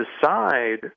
decide